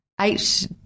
eight